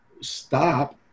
stop